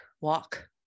walk